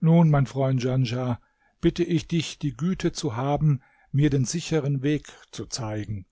nun mein freund djanschah bitte ich dich die güte zu haben mir den sicheren weg zu zeigen